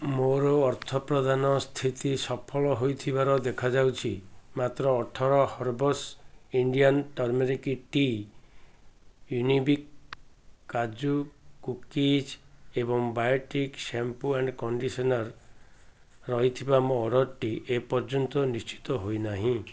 ମୋର ଅର୍ଥପ୍ରଦାନ ସ୍ଥିତି ସଫଳ ହେଇଥିବାର ଦେଖାଉଛି ମାତ୍ର ଅଠର herbs Indian turmeric tea Unibic kaju cookies ଏବଂ ବାୟୋଟିକ୍ର ଶ୍ୟାମ୍ପୂ ଆଣ୍ଡ୍ କଣ୍ଡିସନର୍ ରହିଥିବା ମୋ ଅର୍ଡ଼ର୍ଟି ଏପର୍ଯ୍ୟନ୍ତ ନିଶ୍ଚିତ ହେଇନାହିଁ